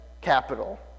capital